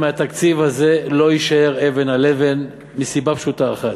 מהתקציב הזה לא יישאר אבן על אבן מסיבה פשוטה אחת: